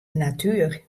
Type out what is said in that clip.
natuer